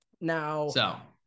Now